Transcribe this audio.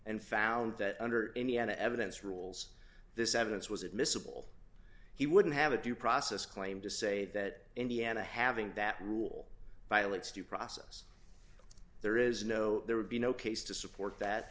and found that under indiana evidence rules this evidence was admissible he wouldn't have a due process claim to say that indiana having that rule violates due process there is no there would be no case to support